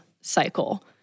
cycle